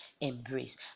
embrace